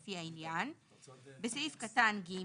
לפי העניין; (3) בסעיף קטן (ג)